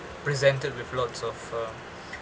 presented with lots of uh